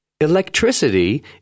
Electricity